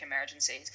emergencies